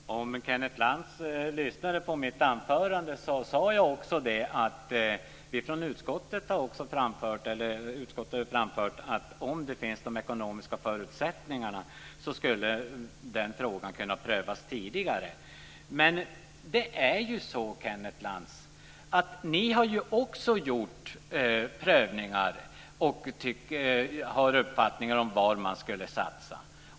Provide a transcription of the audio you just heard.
Fru talman! Om Kenneth Lantz hade lyssnat på mitt anförande hade han hört att jag sade att utskottet har framfört att om det finns de ekonomiska förutsättningarna skulle den frågan kunna prövas tidigare. Ni har ju också gjort prövningar, Kenneth Lantz, och ni har uppfattningar om var man ska satsa.